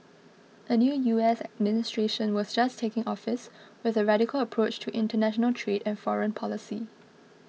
a new U S administration was just taking office with a radical approach to international trade and foreign policy